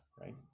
right